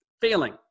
failing